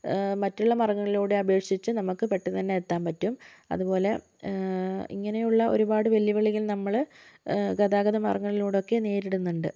മറ്റുള്ള മാർഗ്ഗങ്ങളിലൂടെ അപേക്ഷിച്ച് നമുക്ക് പെട്ടെന്ന് തന്നെ എത്താൻ പറ്റും അതുപോലെ ഇങ്ങനെയുള്ള ഒരുപാട് വെല്ലുവിളികൾ നമ്മൾ ഗതാഗത മാർഗ്ഗങ്ങളിലൂടെ ഒക്കെ നേരിടുന്നുണ്ട്